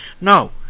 No